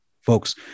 folks